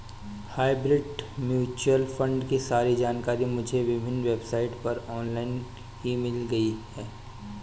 hybrid mutual fund की सारी जानकारी मुझे विभिन्न वेबसाइट पर ऑनलाइन ही मिल गयी